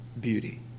beauty